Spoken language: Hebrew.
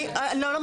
שוב,